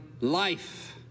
life